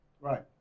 Right